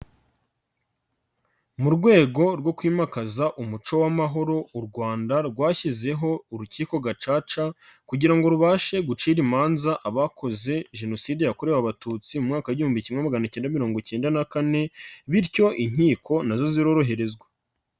Mu rwego rwo kwimakaza umuco w'amahoro, u Rwanda rwashyizeho urukiko gacaca kugira ngo rubashe gucira imanza abakoze jenoside yakorewe abatutsi, mu mwaka w'igihumbi kimwe magana ikenda mirongo ikenda na kane, bityo inkiko nazo ziroherezwa.